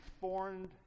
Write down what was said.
formed